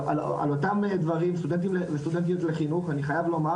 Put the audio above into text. על אותם דברים סטודנטים וסטודנטיות לחינוך אני חייב לומר